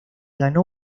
ganó